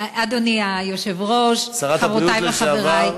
אדוני היושב-ראש, שרת הבריאות לשעבר.